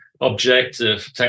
objective